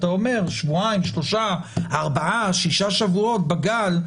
אתה אומר שבועיים-שלושה-ארבעה-שישה שבועות בגל,